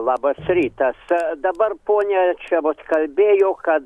labas rytas dabar ponia čia vot kalbėjo kad